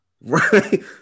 right